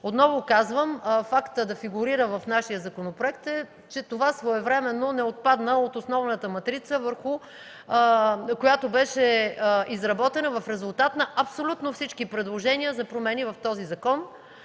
Отново казвам, фактът да фигурира в нашия законопроект е, че това своевременно не отпадна от основната матрица, която беше изработена в резултат на абсолютно всички предложения за промени в този закон,